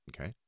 Okay